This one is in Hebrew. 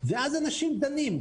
ואז אנשים דנים.